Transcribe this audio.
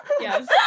Yes